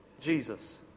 Jesus